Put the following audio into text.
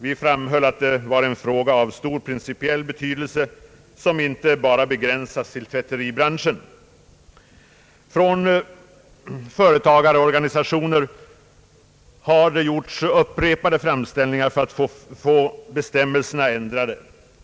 Vi framhöll att det var en fråga av stor principiell betydelse som inte bara begränsar sig till tvätteribranschen. Från företagarorganisationer har det gjorts upprepade framställningar för att få bestämmelserna ändrade.